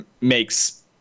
makes